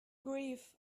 grief